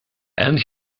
and